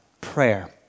Prayer